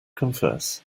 confess